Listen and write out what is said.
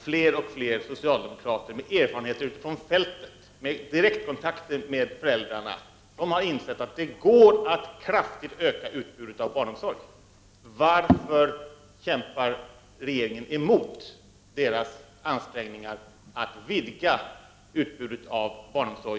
Fler och fler socialdemokrater med erfarenhet utifrån fältet och direktkontakter med föräldrarna anser att det går att kraftigt öka utbudet av barnomsorg. Varför kämpar regeringen emot deras ansträngningar att vidga utbudet av barnomsorg?